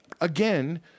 again